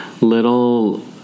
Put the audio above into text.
little